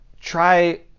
try